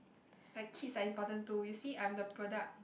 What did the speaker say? like kids are important too you see I'm the product